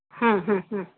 हम्म हम्म हम्म